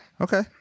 Okay